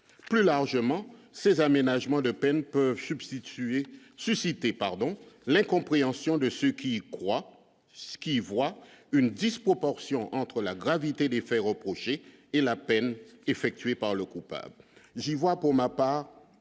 plus largement ces aménagements de peines peuvent substituer suscité pardon l'incompréhension de ce qu'il croit ce qu'qui voient une disproportion entre la gravité des faits reprochés et la peine effectuée par le coupable, j'y vois pour ma part